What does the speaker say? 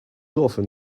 often